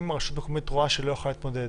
מה אם רשות מקומית רואה שהיא לא יכולה להתמודד